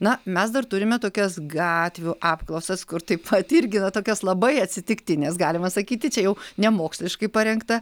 na mes dar turime tokias gatvių apklausas kur taip pat irgi yra tokios labai atsitiktinės galima sakyti čia jau nemoksliškai parengta